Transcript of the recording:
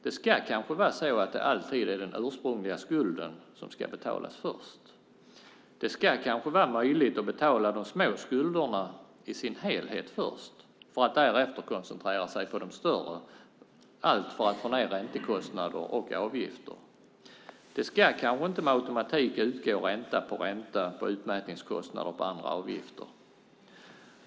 Det ska kanske vara så att det alltid är den ursprungliga skulden som ska betalas först. Det ska kanske vara möjligt att betala av de små skulderna i sin helhet först, för att därefter koncentrera sig på de större - allt för att få ned räntekostnader och avgifter. Det ska kanske inte med automatik utgå ränta på ränta på utmätningskostnader och andra avgifter.